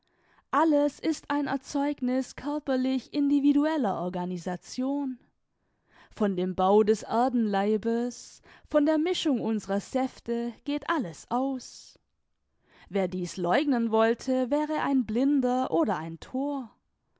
alles ist ein erzeugniß körperlich individueller organisation von dem bau des erdenleibes von der mischung unserer säfte geht alles aus wer dieß läugnen wollte wäre ein blinder oder ein thor